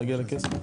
לכסף.